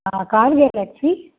हा car Galaxy